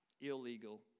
Illegal